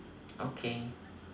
okay